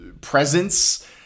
presence